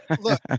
look